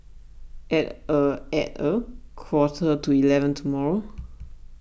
at a at a quarter to eleven tomorrow